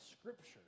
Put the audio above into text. Scripture